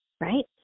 right